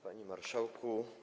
Panie Marszałku!